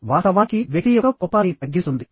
వాస్తవానికి వ్యక్తి యొక్క కోపాన్ని తగ్గిస్తుంది